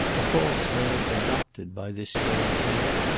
a false name adopted by this strange woman.